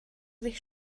sich